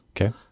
Okay